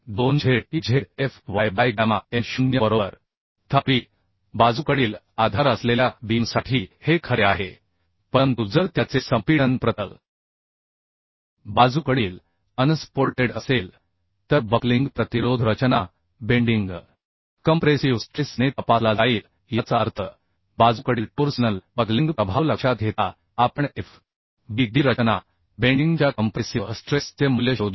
2 z e z f y by gamma m0 बरोबर तथापि बाजूकडील आधार असलेल्या बीमसाठी हे खरे आहे परंतु जर त्याचे संपीडन प्रतल बाजूकडील अनसपोर्टेड असेल तर बक्लिंग प्रतिरोध रचना बेंडिंग कंप्रेसिव्ह स्ट्रेस ने तपासला जाईल याचा अर्थ बाजूकडील टोर्सनल बकलिंग प्रभाव लक्षात घेता आपण f b d रचना बेंडिंग च्या कंप्रेसिव्ह स्ट्रेस चे मूल्य शोधू